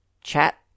chat